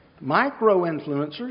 Micro-influencers